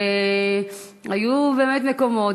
והיו באמת מקומות,